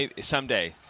Someday